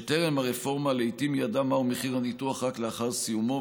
שטרם הרפורמה לעיתים ידע מהו מחיר הניתוח רק לאחר סיומו,